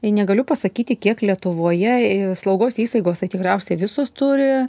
i negaliu pasakyti kiek lietuvoje i slaugos įstaigos tai tikriausiai visos turi